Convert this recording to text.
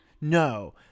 No